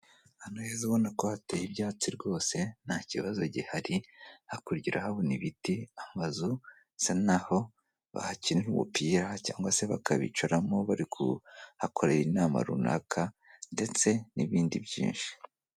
Ahantu heza ubona ko hateye ibyatsi rwose nta kibazo gihari, hakurya urahabona ibiti amazu bisa naho bahakinira umupira cyangwa se bakicaramo bari kuhakorera inama runaka ndetse n'ibindi byinshi.